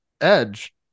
edge